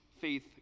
faith